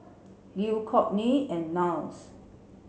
Lew Kortney and Niles